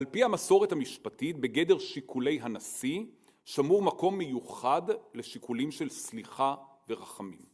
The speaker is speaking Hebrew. על פי המסורת המשפטית, בגדר שיקולי הנשיא, שמור מקום מיוחד לשיקולים של סליחה ורחמים.